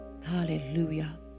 Hallelujah